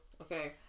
Okay